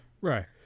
right